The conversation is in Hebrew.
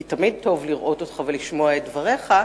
כי תמיד טוב לראות אותך ולשמוע את דבריך,